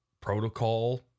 protocol